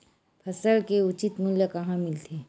फसल के उचित मूल्य कहां मिलथे?